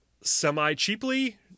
semi-cheaply